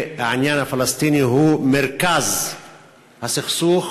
והעניין הפלסטיני הוא מרכז הסכסוך,